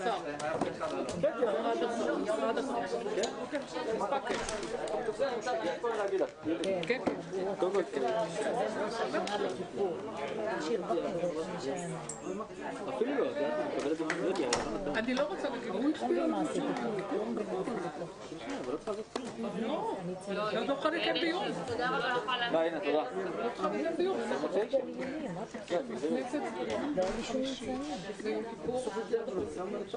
בשעה 12:15.